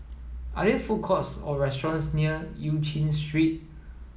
are there food courts or restaurants near Eu Chin Street